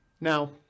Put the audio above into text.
now